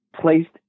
placed